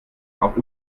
auch